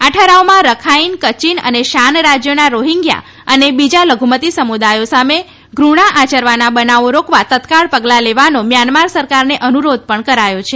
આ ઠરાવમાં Rakhine Kachin અને શાન રાજ્યોમાં રોહિંગ્યા અને બીજા લઘુમતી સમુદાયો સામે ધૃણા આચરવાના બનાવો રોકવા તત્કાળ પગલાં લેવાનો મ્યાન્માર સરકારને અનુરોધ પણ કરાયો છે